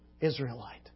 Israelite